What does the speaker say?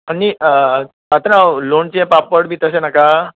आनी पात्रांव लोणचे पापड बी तशें नाका